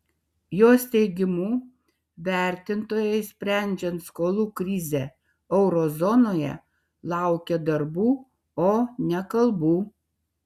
jos teigimu vertintojai sprendžiant skolų krizę euro zonoje laukia darbų o ne kalbų